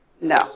no